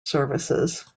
services